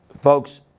Folks